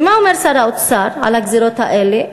ומה אומר שר האוצר על הגזירות האלה?